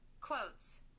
Quotes